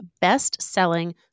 best-selling